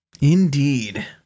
Indeed